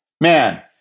man